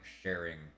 sharing